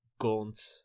gaunt